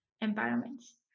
environments